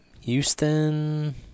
Houston